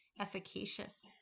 efficacious